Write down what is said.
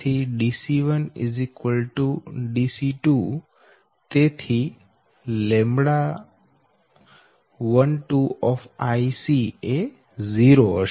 તેથી Dc1 Dc2 તેથી λ12 એ 0 હશે